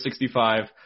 65